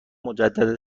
مجدد